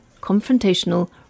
confrontational